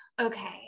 Okay